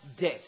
debt